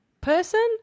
person